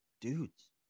dudes